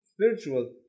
spiritual